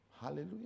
Hallelujah